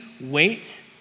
wait